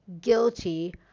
guilty